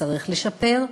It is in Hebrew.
צריך לשפר,